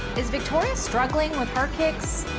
is victoria struggling with her kicks?